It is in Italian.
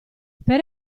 per